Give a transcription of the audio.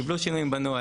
קיבלו שינויים בנוהל,